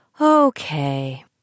Okay